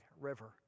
river